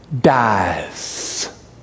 dies